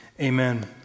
Amen